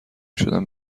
شدن